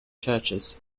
churches